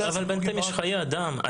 אבל בינתיים יש חיי אדם.